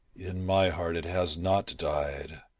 in my heart it has not died,